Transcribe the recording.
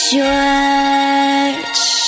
George